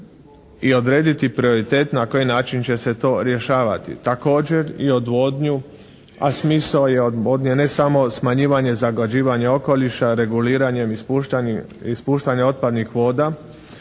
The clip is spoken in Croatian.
i odrediti prioritet na koji način će se to rješavati. Također i odvodnju, a smisao je odvodnje ne samo smanjivanje zagađivanja okoliša reguliranjem ispuštanja otpadnih voda,